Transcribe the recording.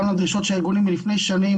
גם לדרישות של הארגונים מלפני שנים,